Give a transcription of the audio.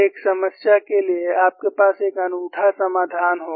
एक समस्या के लिए आपके पास एक अनूठा समाधान होगा